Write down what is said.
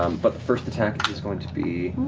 um but first attack is going to be.